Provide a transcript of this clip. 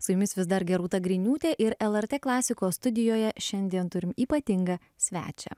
su jumis vis dar gerūta griniūtė ir lrt klasikos studijoje šiandien turim ypatingą svečią